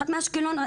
אחת מאשקלון.